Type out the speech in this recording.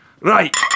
Right